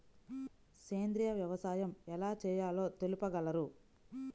సేంద్రీయ వ్యవసాయం ఎలా చేయాలో తెలుపగలరు?